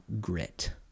grit